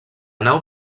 nau